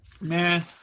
Man